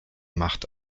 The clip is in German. macht